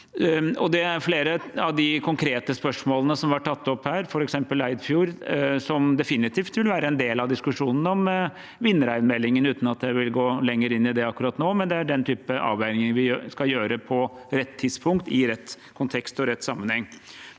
her. Flere av de konkrete spørsmålene som er blitt tatt opp her, f.eks. om Eidfjord, vil definitivt være en del av diskusjonen om villreinmeldingen, uten at jeg vil gå lenger inn i det akkurat nå. Det er den typen avveininger vi skal gjøre på rett tidspunkt i rett kontekst. Siden flere